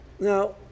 now